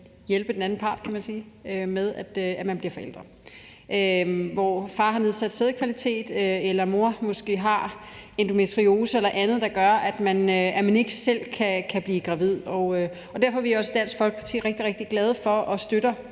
hjælpe den anden part, kan man sige, med at blive forældre. Far kan have nedsat sædkvalitet, eller mor har måske endometriose eller andet, der gør, at man ikke selv kan blive gravid. Derfor er vi i Dansk Folkeparti også rigtig, rigtig glade for og støtter